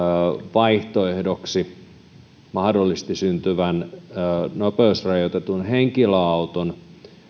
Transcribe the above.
vaihtoehdoksi mahdollisesti syntyvän nopeusrajoitetun henkilöauton